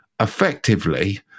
effectively